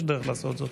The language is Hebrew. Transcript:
יש דרך לעשות זאת,